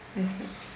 that's nice